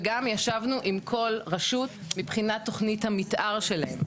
וגם ישבנו עם כל רשות מבחינת תוכנית המתאר שלהם,